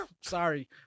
sorry